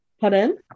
pardon